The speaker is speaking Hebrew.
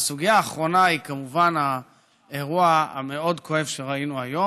הסוגיה האחרונה היא כמובן האירוע המאוד-כואב שראינו היום,